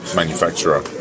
manufacturer